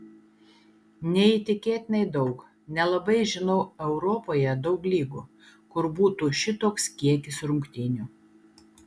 neįtikėtinai daug nelabai žinau europoje daug lygų kur būtų šitoks kiekis rungtynių